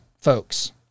folks